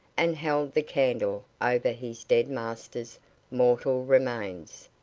and held the candle over his dead master's mortal remains.